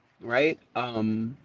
right